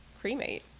cremate